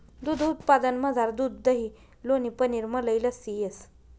दूध उत्पादनमझार दूध दही लोणी पनीर मलई लस्सी येस